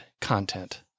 content